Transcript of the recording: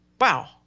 Wow